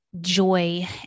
joy